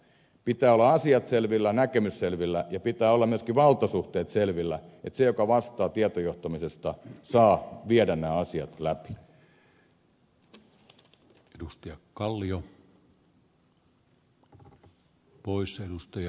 pitää olla asioiden selvillä näkemyksen selvillä ja pitää olla myöskin valtasuhteiden selvillä niin että se joka vastaa tietojohtamisesta saa viedä nämä asiat läpi